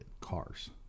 cars